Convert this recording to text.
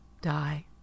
die